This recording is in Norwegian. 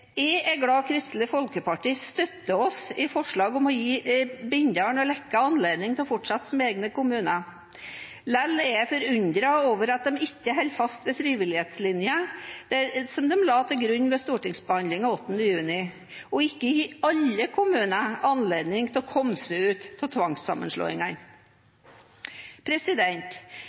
Jeg er glad Kristelig Folkeparti støtter oss i forslaget om å gi Bindal og Leka anledning til å fortsette som egne kommuner. Likevel er jeg forundret over at de ikke holder fast ved frivillighetslinjen de la til grunn ved stortingsbehandlingen den 8. juni, og at de ikke gir alle kommuner anledning til å komme seg ut av